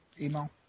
email